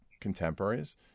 contemporaries